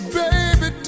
baby